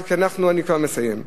אני כבר מסיים.